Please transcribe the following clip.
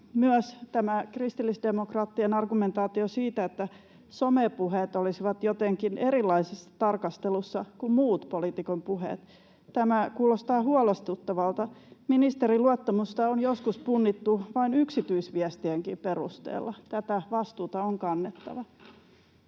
Kristillisdemokraattien argumentaatio kuulostaa myös siltä, että some-puheet olisivat jotenkin erilaisessa tarkastelussa kuin muut poliitikon puheet. Tämä kuulostaa huolestuttavalta. Ministerin luottamusta on joskus punnittu vain yksityisviestienkin perusteella. Tätä vastuuta on kannettava.